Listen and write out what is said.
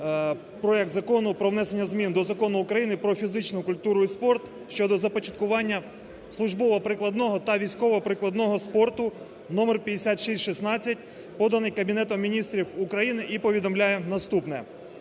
проект Закону про внесення змін до Закону України "Про фізичну культуру і спорт" щодо започаткування службово-прикладного та військово-прикладного спорту (номер 5616), поданий Кабінетом Міністрів України і повідомляє наступне.